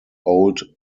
old